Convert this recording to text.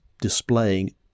displaying